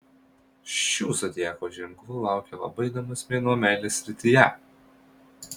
šių zodiako ženklų laukia labai įdomus mėnuo meilės srityje